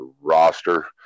roster